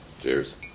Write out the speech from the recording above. Cheers